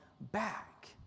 back